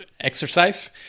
exercise